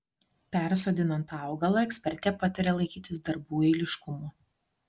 persodinant augalą ekspertė pataria laikytis darbų eiliškumo